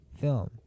film